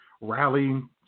rallying